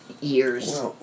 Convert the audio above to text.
years